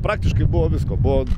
praktiškai buvo visko buvo